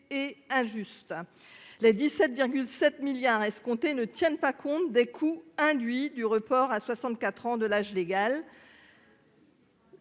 et injuste. Les 17 7 milliards escomptés ne tiennent pas compte des coûts induits du report à 64 ans de l'âge légal.